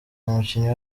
umukinnyi